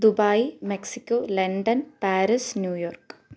Dubai Mexico London Paris New York